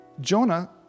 Jonah